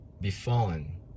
befallen